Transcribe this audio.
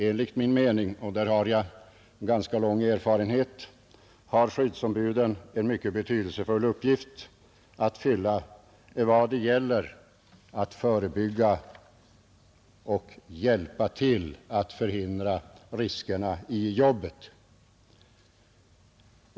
Enligt min mening — och jag har ganska lång erfarenhet — har skyddsombuden en mycket betydelsefull uppgift att fylla när det gäller att förebygga riskerna i jobbet.